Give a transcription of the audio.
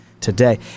today